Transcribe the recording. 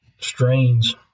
strains